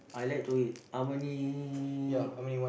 I lied to him I'm only